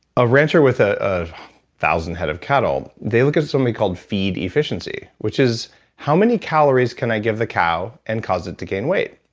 a rancher with a thousand head of cattle, they look at something called feed efficiency which is how many calories can i give the cow and cause it to gain weight.